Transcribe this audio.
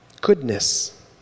Goodness